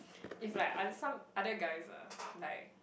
if like oth~ some other guys ah like